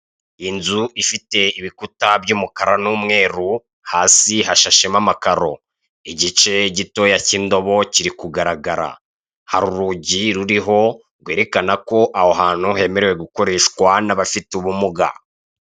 Inzu ifite ibikuta by'umukara n'umweru hasi hashashemo amakaro, igice gitoya cy'indobo kiri kugaragara, hari urugi ruriho rwerekana ko aho hantu hemerewe gukoreshwa n'abafite ubumuga.